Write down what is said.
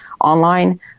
online